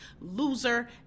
loser